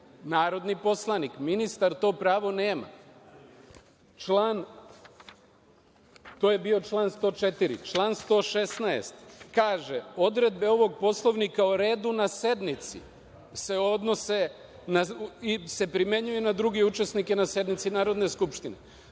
Narodni poslanik, ministar to pravo nema. To je bio član 104.Član 116. kaže – odredbe ovog Poslovnika o redu na sednici se primenjuju na druge učesnike na sednici Narodne skupštine.